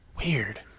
Weird